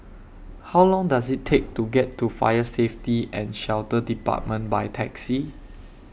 How Long Does IT Take to get to Fire Safety and Shelter department By Taxi